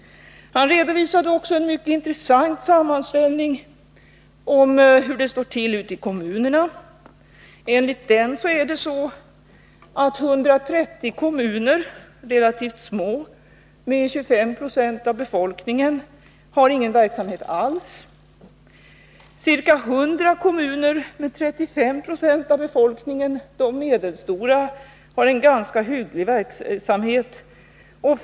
Han redovisade också en mycket intressant sammanställning i fråga om hur det står till ute i kommunerna. Enligt den har 130 kommuner, relativt små och med 25 90 av befolkningen, ingen verksamhet alls. Ca 100 kommuner, medelstora och med 35 26 av befolkningen, har en ganska hygglig verksamhet.